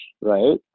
right